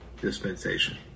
dispensation